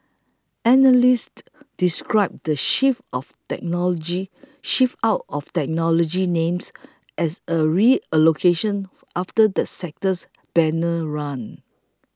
analysts described the shift of technology shift out of technology names as a reallocation after the sector's banner run